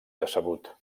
decebut